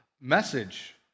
message